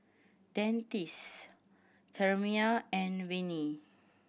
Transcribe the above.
Dentiste Sterimar and Avene